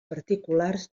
particulars